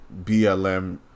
BLM